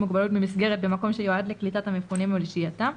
מוגבלות ממסגרת במקום שיועד לקליטת המפונים ולשהייתם,